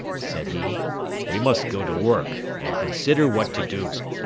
said he we must go to work, and consider what to do.